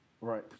Right